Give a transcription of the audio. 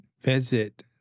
visit